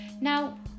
Now